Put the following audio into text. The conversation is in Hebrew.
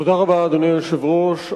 תודה רבה, אדוני היושב-ראש.